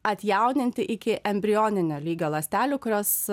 atjauninti iki embrioninio lygio ląstelių kurios